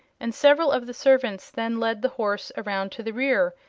and several of the servants then led the horse around to the rear,